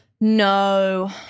No